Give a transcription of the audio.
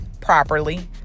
properly